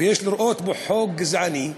ויש לראות בו חוק גזעני,